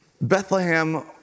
Bethlehem